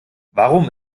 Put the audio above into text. warum